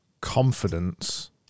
confidence